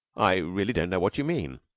i really don't know what you mean.